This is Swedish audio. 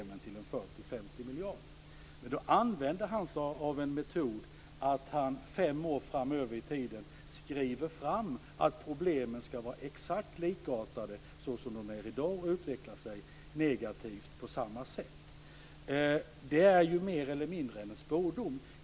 Men han använde sig då av metoden att utgå från att problemen fem år framöver kommer att vara likartade med dem som är i dag och att de utvecklar sig negativt på samma sätt. Detta är mer eller mindre en spådom.